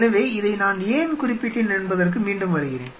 எனவே இதை நான் ஏன் குறிப்பிட்டேன் என்பதற்கு மீண்டும் வருகிறேன்